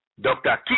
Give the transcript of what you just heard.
Dr